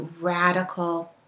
radical